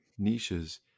niches